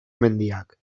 mendiak